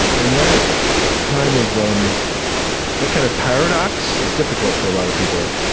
and that kind of um that kind of paradox is difficult for a lot of people,